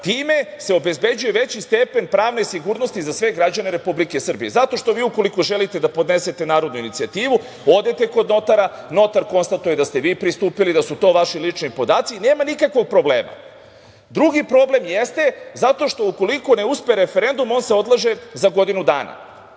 Time se obezbeđuje veći stepen pravne sigurnosti za sve građane Republike Srbije zato što vi, ukoliko želite da podnesete narodnu inicijativu, odete kod notara, notar konstatuje da ste vi pristupili, da su to vaši lični podaci, nema nikakvog problema. Drugi problem jeste zato što ukoliko ne uspe referendum on se odlaže za godinu dana.